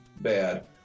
bad